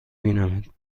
بینمت